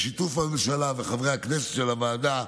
בשיתוף הממשלה וחברי הכנסת של הוועדה,